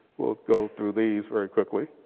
we'll go through these very quickly.